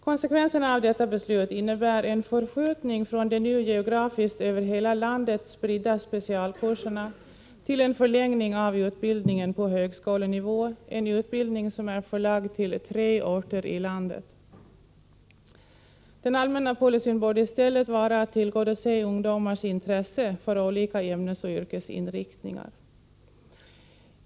Konsekvenserna av detta beslut innebär en förskjutning från de nu geografiskt, över hela landet spridda specialkurserna till en förlängning av utbildningen på högskolenivå, en utbildning som är förlagd till tre orter i landet. Den allmänna policyn borde i stället vara att tillgodose ungdomars intresse för olika ämnesoch yrkesinriktningar.